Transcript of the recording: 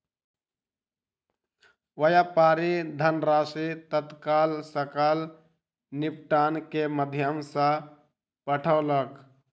व्यापारी धनराशि तत्काल सकल निपटान के माध्यम सॅ पठौलक